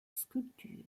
sculpture